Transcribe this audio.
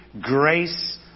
grace